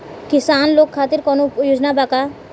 किसान लोग खातिर कौनों योजना बा का?